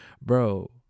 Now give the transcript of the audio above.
bro